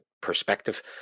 perspective